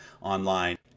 Online